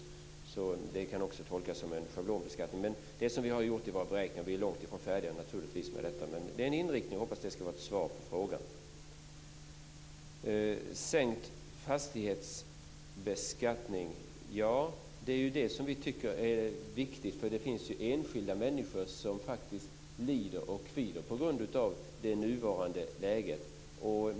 Det kan också tolkas som en schablonbeskattning. Det är inriktningen på våra beräkningar. Vi är naturligtvis långt ifrån färdiga med detta. Jag hoppas att det är ett svar på frågan. Sänkt fastighetsbeskattning tycker vi är viktigt, för det finns enskilda människor som faktiskt lider och kvider på grund av det nuvarande läget.